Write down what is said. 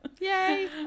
Yay